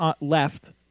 left